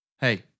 Hey